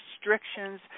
restrictions